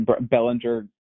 Bellinger